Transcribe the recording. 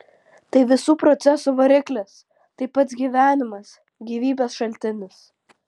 tai visų procesų variklis tai pats gyvenimas gyvybės šaltinis